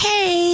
Hey